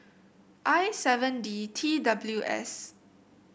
I seven D T W S